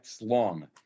long